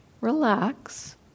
Relax